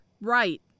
Right